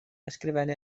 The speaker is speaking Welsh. ysgrifennu